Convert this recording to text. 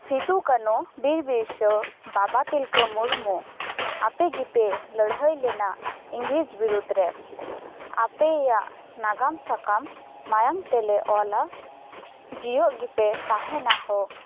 ᱥᱤᱫᱩ ᱠᱟᱹᱱᱦᱩ ᱵᱤᱨ ᱵᱤᱨᱥᱟᱹ ᱵᱟᱵᱟ ᱛᱤᱞᱠᱟᱹ ᱢᱩᱨᱢᱩ ᱟᱯᱮ ᱜᱮᱯᱮ ᱞᱟᱹᱲᱦᱟᱹᱭ ᱞᱮᱱᱟ ᱤᱝᱨᱮᱡᱽ ᱵᱤᱨᱩᱫ ᱨᱮ ᱟᱯᱮᱭᱟᱜ ᱱᱟᱜᱟᱢ ᱥᱟᱠᱟᱢ ᱢᱟᱭᱟᱝ ᱛᱮᱞᱮ ᱚᱞᱟ ᱡᱤᱭᱟᱹᱜ ᱜᱮᱯᱮ ᱛᱟᱦᱮᱱᱟ ᱦᱳ